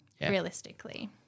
realistically